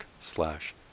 slash